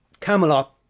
Camelot